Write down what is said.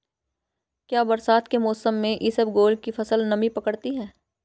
क्या बरसात के मौसम में इसबगोल की फसल नमी पकड़ती है?